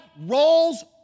rolls